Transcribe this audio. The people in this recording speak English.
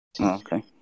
Okay